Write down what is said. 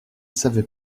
savais